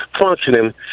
functioning